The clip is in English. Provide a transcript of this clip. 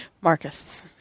Marcus